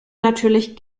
natürlich